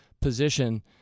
position